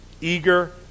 eager